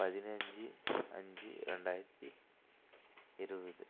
பதினஞ்சு அஞ்சு ரெண்டாயிரத்தி இருபது